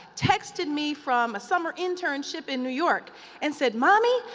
texted me from a summer internship in new york and said, mommy,